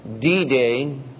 D-Day